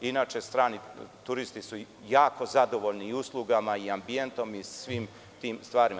Inače, strani turisti su jako zadovoljni i uslugama i ambijentom i svim tim stvarima.